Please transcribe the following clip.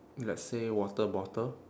let's say water bottle